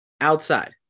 Outside